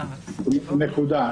נקודה.